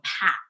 path